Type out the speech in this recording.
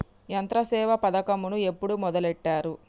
యంత్రసేవ పథకమును ఎప్పుడు మొదలెట్టారు?